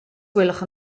gwelwch